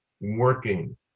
working